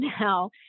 now